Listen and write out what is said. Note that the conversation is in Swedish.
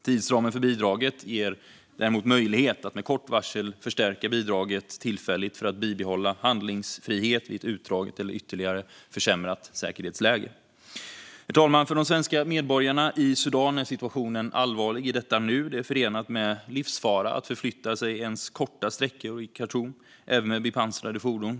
Tidsramen för bidraget ger däremot möjlighet att med kort varsel förstärka bidraget tillfälligt för att bibehålla handlingsfrihet vid ett utdraget eller ytterligare försämrat säkerhetsläge. Herr talman! För de svenska medborgarna i Sudan är situationen allvarlig i detta nu. Det är förenat med livsfara att förflytta sig ens korta sträckor i Khartoum, även med bepansrade fordon.